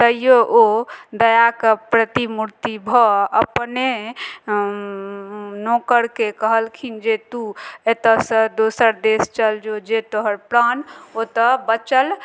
तैयो ओ दयाके प्रतिमूर्ति भऽ अपने नोकरके कहलखिन जे तू एतयसँ दोसर देश चल जौ जे तोहर प्राण ओतय बचल